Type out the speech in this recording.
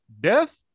death